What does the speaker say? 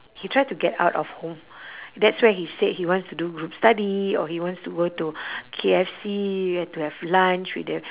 he tried to get out of home that's where he said he wants to do group study or he wants to go to K_F_C to have lunch with the